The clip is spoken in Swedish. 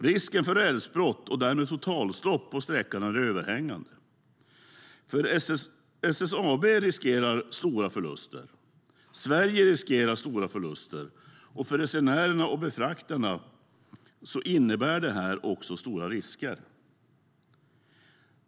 Risken för rälsbrott och därmed totalstopp på sträckan är överhängande. SSAB riskerar stora förluster, och Sverige riskerar stora förluster. För resenärerna och befraktarna innebär det stora risker.